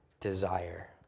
desire